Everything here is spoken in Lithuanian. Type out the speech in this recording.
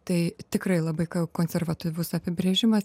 tai tikrai labai konservatyvus apibrėžimas